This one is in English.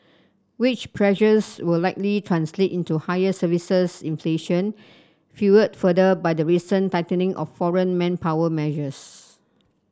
wage pressures will likely translate into higher services inflation fuelled further by the recent tightening of foreign manpower measures